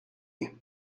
you